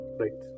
right